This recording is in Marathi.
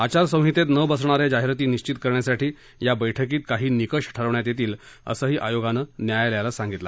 आचारसंहितेत न बसणाऱ्या जाहिराती निश्वित करण्यासाठी या बैठकीत काही निकष ठरवण्यात येतील असही आयोगानं न्यायालयाला सांगितले